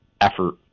Effort